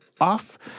off